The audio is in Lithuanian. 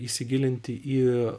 įsigilinti į